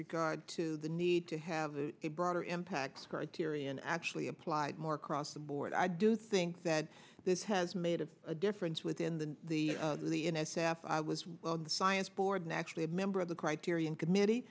regard to the need to have a broader impact criterion actually applied more across the board i do think that this has made a difference within the the the n s f i was well the science board and actually a member of the criterion committee